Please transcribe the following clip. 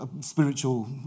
spiritual